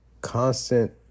constant